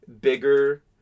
bigger